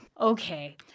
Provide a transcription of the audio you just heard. Okay